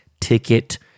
ticket